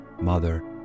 mother